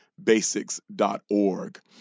basics.org